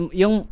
yung